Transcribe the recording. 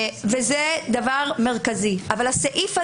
הבנתי שהמפכ"ל